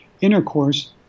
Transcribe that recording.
intercourse